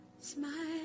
Smile